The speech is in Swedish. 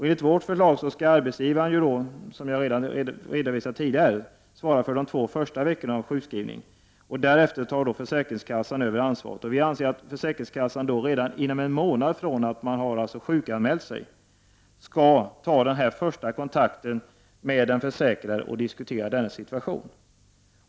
Enligt vårt förslag skall arbetsgivaren, som jag redovisade tidigare, svara för de första två veckorna av en sjukskrivning. Därefter tar försäkringskassan över ansvaret. Vi anser att försäkringskassan redan inom en månad från det att vederbörande har sjukanmält sig skall ta den första kontakten med den försäkrade för att diskutera dennes situtation.